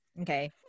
okay